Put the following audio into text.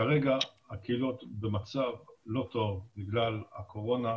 כרגע הקהילות במצב לא טוב בגלל הקורונה,